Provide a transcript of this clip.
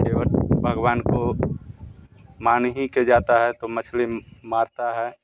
केवट भगवान को मान ही के जाता है तो मछली मारता है